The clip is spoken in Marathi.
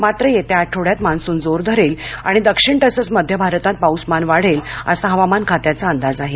मात्र येत्या आठवड्यात मान्सून जोर धरेल आणि दक्षिण तसंच मध्य भारतात पाऊसमान वाढेल असा हवामान खात्याचा अंदाज आहे